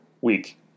week